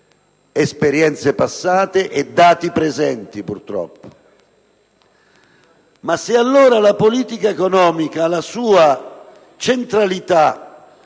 suo passato e con i dati presenti, purtroppo. Ma se allora la politica economica ha la sua centralità